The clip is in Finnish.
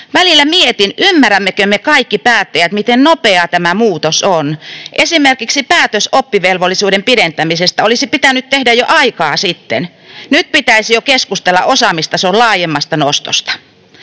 Välillä mietin, ymmärrämmekö me kaikki päättäjät, miten nopeaa tämä muutos on. Esimerkiksi päätös oppivelvollisuuden pidentämisestä olisi pitänyt tehdä jo aikaa sitten. Nyt pitäisi jo keskustella osaamistason laajemmasta nostosta.